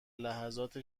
لحظات